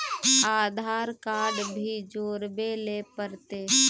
आधार card भी जोरबे ले पड़ते?